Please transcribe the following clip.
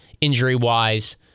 Injury-wise